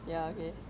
ya okay